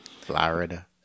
Florida